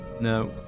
No